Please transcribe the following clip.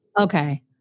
Okay